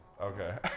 Okay